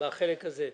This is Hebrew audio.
בחלק הזה?